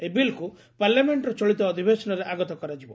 ଏହି ବିଲ୍କୁ ପାର୍ଲାମେଣ୍ଟର ଚଳିତ ଅଧିବେଶନରେ ଆଗତ କରାଯିବ